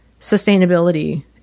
sustainability